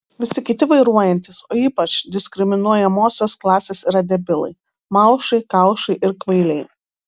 visi kiti vairuojantys o ypač diskriminuojamosios klasės yra debilai maušai kaušai ir kvailiai